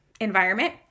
environment